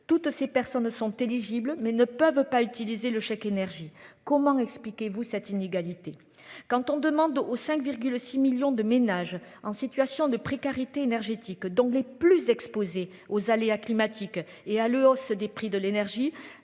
Toutes ces personnes sont éligibles mais ne peuvent pas utiliser le chèque énergie, comment expliquez-vous cette inégalité quand on demande aux 5,6 millions de ménages en situation de précarité énergétique dans les plus exposés aux aléas climatiques et à le hausse des prix de l'énergie